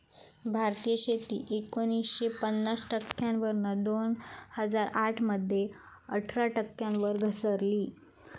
भारतीय शेती एकोणीसशे पन्नास टक्क्यांवरना दोन हजार आठ मध्ये अठरा टक्क्यांवर घसरली